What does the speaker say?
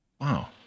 Wow